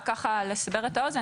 רק ככה לסבר את האוזן,